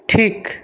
ঠিক